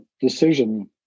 decision